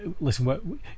Listen